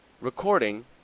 Recording